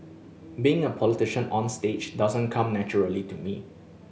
being a politician onstage doesn't come naturally to me